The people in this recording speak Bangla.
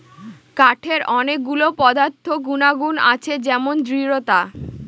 কাঠের অনেক গুলো পদার্থ গুনাগুন আছে যেমন দৃঢ়তা